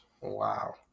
Wow